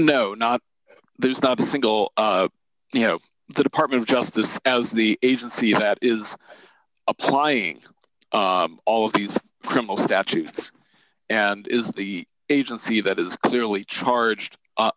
know not there's not a single you know the department of justice as the agency that is applying all these criminal statutes and is the agency that is clearly charged u